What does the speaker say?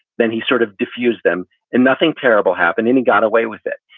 then he sort of defused them and nothing terrible happened. and he got away with it.